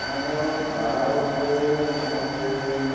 ᱚᱱᱟ ᱫᱚ ᱵᱷᱟᱲᱟ ᱵᱚᱞᱛᱮ ᱢᱳᱴᱟ ᱢᱩᱴᱤ